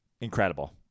Incredible